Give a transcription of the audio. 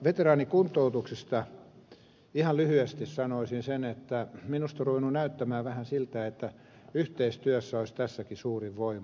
veteraanikuntoutuksesta ihan lyhyesti sanoisin sen että minusta on ruvennut näyttämään vähän siltä että yhteistyössä olisi tässäkin suurin voima